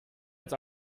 uns